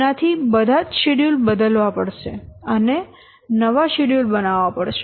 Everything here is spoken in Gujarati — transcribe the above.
તેનાથી બધા જ શેડ્યુલ બદલવા પડશે અને નવા શેડ્યુલ બનાવવા પડશે